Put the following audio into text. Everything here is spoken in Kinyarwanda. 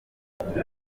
imana